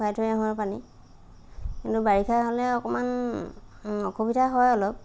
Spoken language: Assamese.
খোৱাই থৈ আহোঁ আৰু পানী কিন্তু বাৰিষা হ'লে অকণমান অসুবিধা হয় অলপ